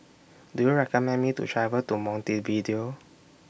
Do YOU recommend Me to travel to Montevideo